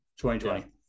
2020